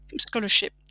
scholarship